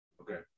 okay